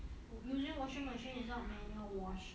using washing machine and manual wash